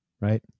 right